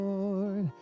Lord